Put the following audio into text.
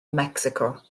mecsico